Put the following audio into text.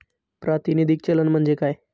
प्रातिनिधिक चलन म्हणजे काय?